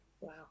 Wow